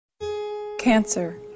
Cancer